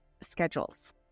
schedules